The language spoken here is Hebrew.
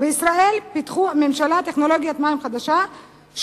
בישראל פיתחה הממשלה טכנולוגיית מים חדשה,